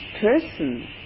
person